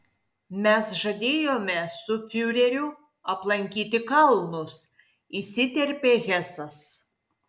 mes žadėjome su fiureriu aplankyti kalnus įsiterpė hesas